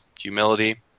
humility